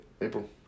April